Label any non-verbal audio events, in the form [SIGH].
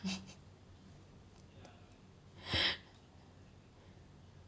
[LAUGHS]